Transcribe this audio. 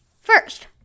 First